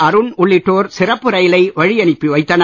அருண் உள்ளிட்டோர் சிறப்பு ரயிலை வழியனுப்பி வைத்தனர்